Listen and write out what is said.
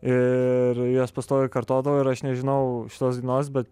ir juos pastoviai kartodavo ir aš nežinou šitos dainos bet